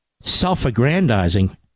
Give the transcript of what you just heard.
self-aggrandizing